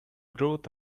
growth